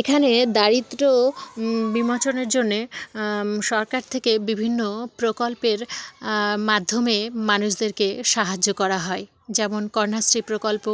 এখানে দারিদ্র বিমোচনের জন্যে সরকার থেকে বিভিন্ন প্রকল্পের মাধ্যমে মানুষদেরকে সাহায্য করা হয় যেমন কন্যাশ্রী প্রকল্প